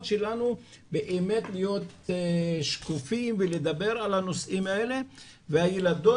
שלנו באמת להיות שקופים ולדבר על הנושאים האלה והילדים